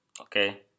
Okay